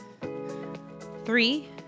Three